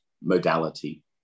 Modality